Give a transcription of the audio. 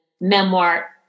memoir